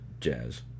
jazz